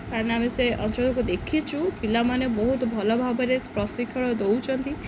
କାରଣ ଆମେ ସେ ଅଞ୍ଚଳକୁ ଦେଖିଛୁ ପିଲାମାନେ ବହୁତ ଭଲ ଭାବରେ ପ୍ରଶିକ୍ଷଣ ଦଉଛନ୍ତି